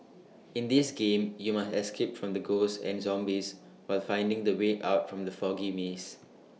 in this game you must escape from the ghosts and zombies while finding the way out from the foggy maze